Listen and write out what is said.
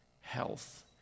health